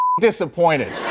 disappointed